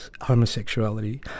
homosexuality